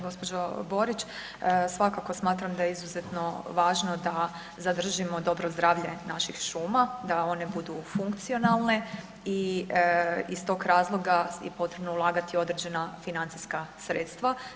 Gospođo Borić svakako smatram da je izuzetno važno da zadržimo dobro zdravlje našim šuma da one budu funkcionalne i iz tog razloga je potrebno ulagati određena financijska sredstva.